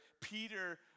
Peter